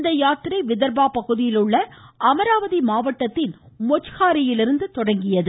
இந்த யாத்திரை விதர்பா பகுதியில் உள்ள அமராவதி மாவட்டத்தின் மொஜ்ஹாரியிலிருந்து தொடங்கியது